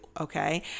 okay